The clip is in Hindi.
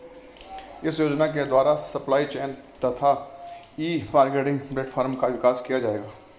इस योजना के द्वारा सप्लाई चेन तथा ई मार्केटिंग प्लेटफार्म का विकास किया जाएगा